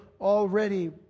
already